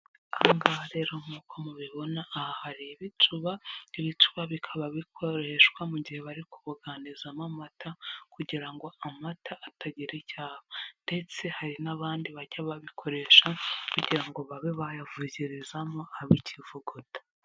Aha ngaha rero nk'uko mubibona aha hari ibicuba, ibicuba bikaba bikoroshwa mu gihe bari kubuganizamo amata, kugira ngo amata atagira icyo aba ndetse hari n'abandi bajya babikoresha kugira ngo babe bayavogerezamo abe ikivugota.